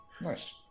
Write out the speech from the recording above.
Nice